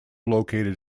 located